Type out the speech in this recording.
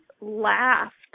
laughed